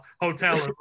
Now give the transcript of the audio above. hotel